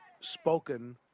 spoken